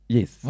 Yes